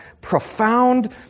profound